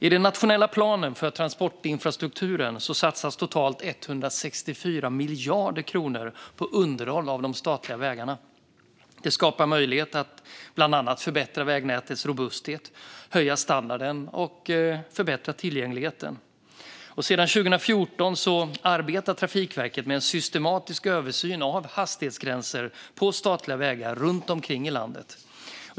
I den nationella planen för transportinfrastrukturen satsas totalt 164 miljarder kronor på underhåll av de statliga vägarna. Det skapar möjligheter att bland annat förbättra vägnätets robusthet, höja standarden och förbättra tillgängligheten. Sedan 2014 arbetar Trafikverket med en systematisk översyn av hastighetsgränser på statliga vägar runt omkring i landet.